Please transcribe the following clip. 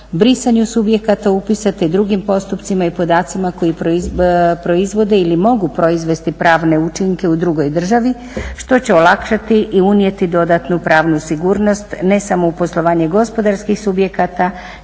brisanju subjekata upisa te drugim postupcima i podacima koji proizvode ili mogu proizvesti pravne učinke u drugoj državi što će olakšati i unijeti dodatnu pravnu sigurnost ne samo u poslovanje gospodarskih subjekata